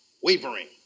wavering